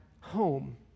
home